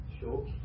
Sure